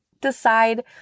decide